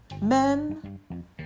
Men